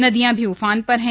नदियां भी उफान पर है